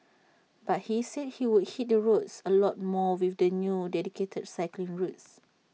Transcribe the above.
but he said he would hit the roads A lot more with the new dedicated cycling routes